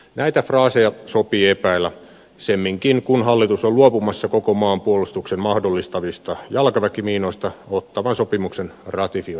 näitä fraaseja sopii epäillä semminkin kun hallitus on luopumassa koko maan puolustuksen mahdollistavista jalkaväkimiinoista ottawan sopimuksen ratifioinnin myötä